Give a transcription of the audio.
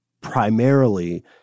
primarily